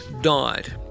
died